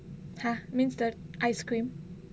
!huh! means the ice cream